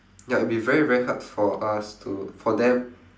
ya it'll be very very hard for us to for them